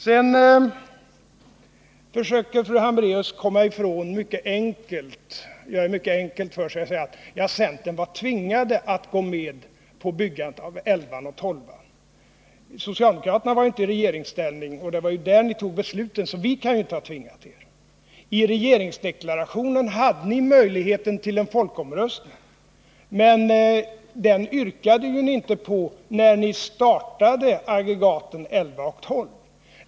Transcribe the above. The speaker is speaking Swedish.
Vidare försökte fru Hambraeus göra det mycket enkelt för sig genom att säga att centern var tvingad att gå med på byggandet av aggregaten 11 och 12. Socialdemokraterna var inte i regeringsställning, och det var där ni fattade besluten på de punkterna. Vi kan alltså inte ha tvingat er till dessa beslut. I er första regeringsdeklaration hade ni möjlighet att uttala er för en folkomröstning, men ni yrkade inte på en sådan när ni startade byggandet av aggregaten 11 och 12.